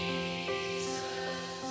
Jesus